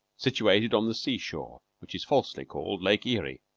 situated on the seashore, which is falsely called lake erie.